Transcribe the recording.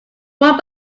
one